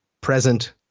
present